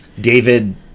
David